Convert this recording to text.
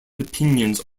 opinions